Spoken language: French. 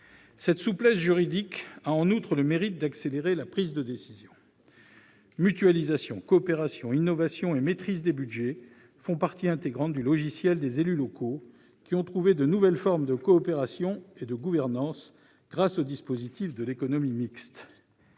Cette souplesse juridique a en outre le mérite d'accélérer la prise de décision. Mutualisation, coopération, innovation et maîtrise des budgets font partie intégrante du « logiciel » des élus locaux, qui ont trouvé de nouvelles formes de coopération et de gouvernance grâce aux dispositifs de l'économie mixte.